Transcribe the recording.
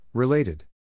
Related